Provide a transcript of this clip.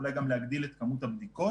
אולי גם להגדיל את כמות הבדיקות